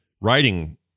writing